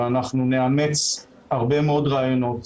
ואנחנו נאמץ הרבה מאוד רעיונות,